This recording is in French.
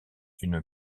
une